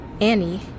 Annie